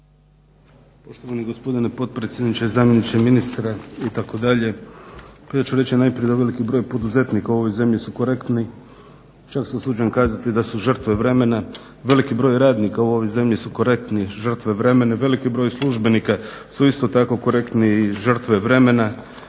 Poštovani gospodine potpredsjedniče, zamjeniče ministra itd. Pa ja ću reći najprije veliki broj poduzetnika u ovoj zemlji su korektni. Čak se usuđujem kazati da su žrtve vremena. Veliki broj radnika u ovoj zemlji su korektni jer su žrtve vremena. I veliki broj službenika su isto tako korektni i žrtve vremena.